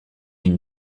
une